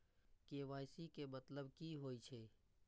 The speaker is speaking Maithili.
के.वाई.सी के मतलब की होई छै?